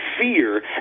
fear